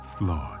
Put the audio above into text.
Lord